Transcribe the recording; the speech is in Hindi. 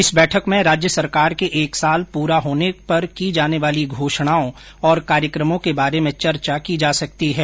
इस बैठक में राज्य सरकार के एक साल पूरे होने पर की जाने वाली घोषणाओं और कार्यक्रमों के बारे में चर्चा की जा सकती है